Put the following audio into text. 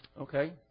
Okay